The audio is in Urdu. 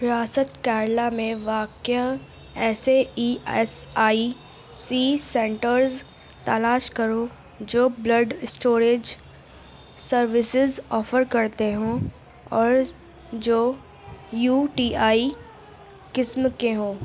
ریاست کیرلا میں واقع ایسے E S I C centres تلاش کرو جو بلڈ اسٹوریج سروسیز آفر کرتے ہوں اور جو یو ٹی آئی قسم کے ہوں